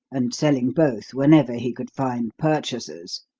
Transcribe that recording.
and selling both whenever he could find purchasers.